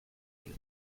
you